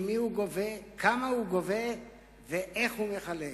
כמה הוא גובה ואיך הוא מחלק.